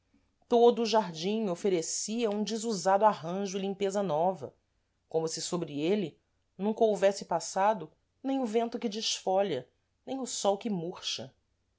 todo o jardim oferecia um desusado arranjo e limpeza nova como se sôbre êle nunca houvesse passado nem o vento que desfolha nem o sol que murcha